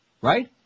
right